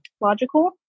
logical